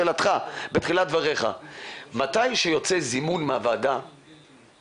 לשאלתך בראשית דבריך אני רוצה להבהיר כי